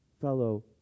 fellow